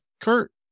Kurt